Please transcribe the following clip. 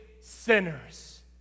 sinners